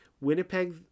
Winnipeg